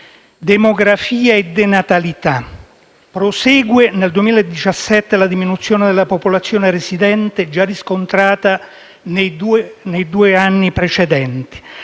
Demografia e denatalità: prosegue nel 2017 la diminuzione della popolazione residente già riscontrata nei due anni precedenti.